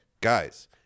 Guys